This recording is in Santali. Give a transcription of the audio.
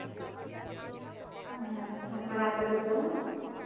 ᱟᱨ ᱥᱟᱠᱨᱟᱛ ᱨᱮᱫᱚ